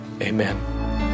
amen